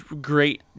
great